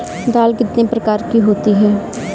दाल कितने प्रकार की होती है?